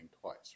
twice